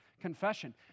Confession